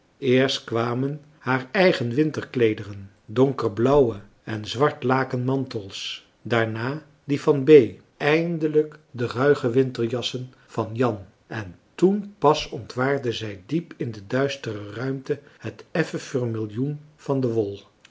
eerst kwamen haar eigen winterkleederen donkerblauwe en zwart laken mantels daarna die van bee eindelijk de ruige winterjassen van jan en toen pas ontwaarde zij diep in de duistere ruimte het effen vermiljoen van de wol